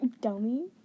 dummy